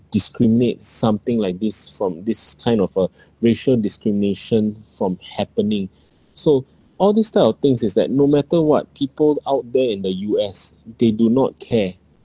discriminate something like this from this kind of uh racial discrimination from happening so all this type of things is that no matter what people out there in the U_S they do not care